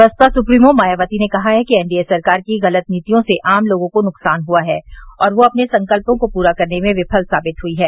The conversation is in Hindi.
बसपा सुप्रीमो मायावती ने कहा है कि एनडीए सरकार की गलत नीतियों से आम लोगों को नुकसान हुआ है और वह अपने संकल्पों को पूरा करने में विफल साबित हुई है